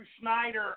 Schneider